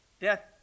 Death